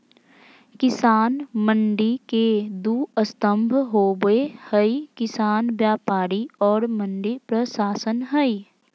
किसान मंडी के दू स्तम्भ होबे हइ किसान व्यापारी और मंडी प्रशासन हइ